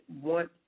want